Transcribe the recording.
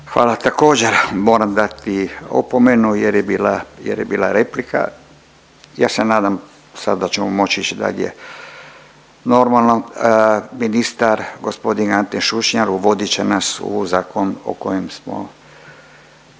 Hvala, također moram dati opomenu jer je bila, jer je bila replika. Ja se nadam sad da ćemo moći ići dalje normalno. Ministar gospodin Ante Šušnjar uvodit će nas u zakon o kojem smo,